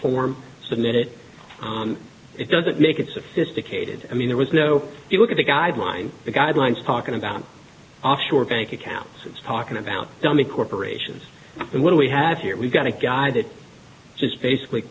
form submit it it doesn't make it sophisticated i mean there was no you look at the guidelines the guidelines talking about offshore bank accounts talking about dummy corporations and what we have here we've got a guy that just basically